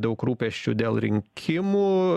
daug rūpesčių dėl rinkimų